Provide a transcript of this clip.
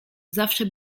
zawsze